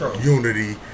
unity